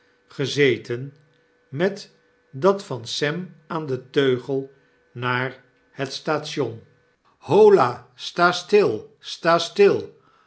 met dat van sem aan den teugel naar het station holla sta stil sta stil